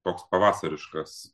toks pavasariškas